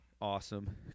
Awesome